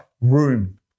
room